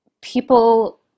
people